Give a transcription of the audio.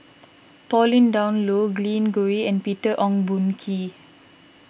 Pauline Dawn Loh Glen Goei and Peter Ong Boon Kwee